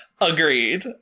Agreed